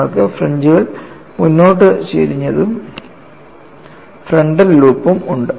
നമ്മൾക്ക് ഫ്രിഞ്ച്കൾ മുന്നോട്ട് ചരിഞ്ഞതും ഫ്രണ്ടൽ ലൂപ്പും ഉണ്ട്